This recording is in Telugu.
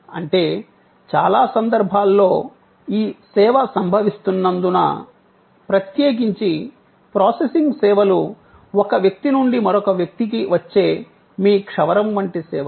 అంటే చాలా సందర్భాల్లో ఈ సేవ సంభవిస్తున్నందున ప్రత్యేకించి ప్రాసెసింగ్ సేవలు ఒక వ్యక్తి నుండి మరొక వ్యక్తికి వచ్చే మీ క్షవరం వంటి సేవలు